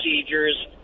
procedures